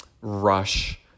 rush